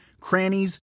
crannies